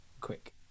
Quick